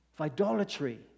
idolatry